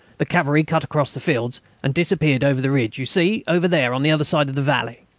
the cavalry cut across the fields, and disappeared over the ridge you see over there on the other side of the valley.